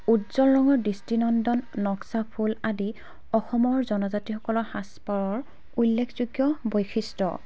উজ্জ্বল ৰঙৰ দৃষ্টিনন্দন নক্সা ফুল আদি অসমৰ জনজাতিসকলৰ সাজ পাৰৰ উল্লেখযোগ্য বৈশিষ্ট্য